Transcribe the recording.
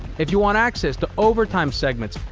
if you want access to overtime segments,